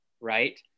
right